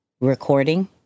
recording